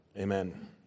Amen